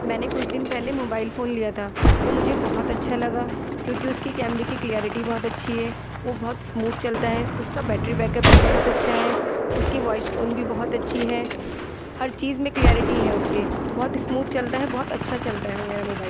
میں نے کچھ دن پہلے موبائل فون لیا تھا وہ مجھے بہت اچھا لگا کیوں کہ اس کی کیمرے کی کلیئرٹی بہت اچھی ہے وہ بہت اسموتھ چلتا ہے اس کا بیٹری بیک اپ بھی بہت اچھا ہے اس کی وائس ٹون بھی بہت اچھی ہے ہر چیز میں کلیئرٹی ہے اس کے بہت اسموتھ چلتا ہے بہت اچھا چلتا ہے وہ میرا موبائل